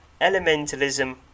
elementalism